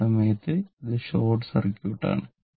ആ സമയത്ത് ഇത് ഷോർട്ട് സർക്യൂട്ട് ആണ്